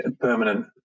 permanent